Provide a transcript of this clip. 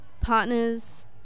Partners